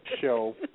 show